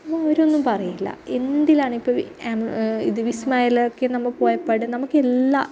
അപ്പോൾ അവർ ഒന്നും പറയില്ല എന്തിലാണെങ്കിലും ഇപ്പം ഇത് വിസ്മയിൽ ഒക്കെ നമ്മൾ പോയപാട് നമുക്കെല്ലാ